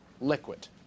liquid